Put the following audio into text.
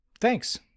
Thanks